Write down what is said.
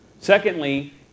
Secondly